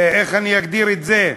איך אני אגדיר את זה,